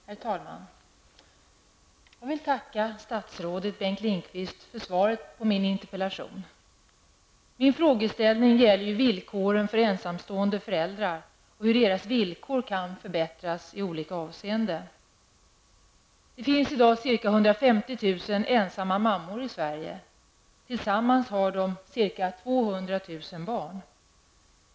Herr talman! Jag vill tacka statsrådet Bengt Lindqvist för svaret på min interpellation. Min frågeställning gäller villkoren för ensamstående föräldrar och hur dessa villkor i olika avseenden kan förbättras. Det finns i dag ca 150 000 ensamstående mammor i Sverige. Tillsammans har de ca 200 000 barn.